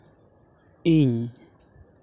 ᱤᱧ